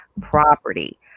property